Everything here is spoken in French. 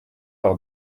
par